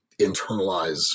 internalize